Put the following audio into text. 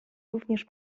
również